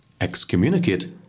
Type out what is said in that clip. excommunicate